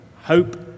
hope